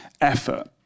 effort